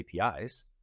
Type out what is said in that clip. APIs